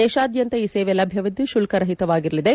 ದೇಶಾದ್ಯಂತ ಈ ಸೇವೆ ಲಭ್ಯವಿದ್ದು ಶುಲ್ಕರಹಿತವಾಗಿರಲಿದೆ